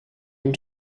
and